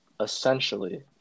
essentially